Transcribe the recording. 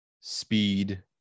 speed